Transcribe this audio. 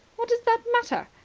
what does that matter?